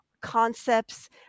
concepts